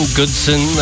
goodson